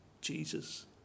Jesus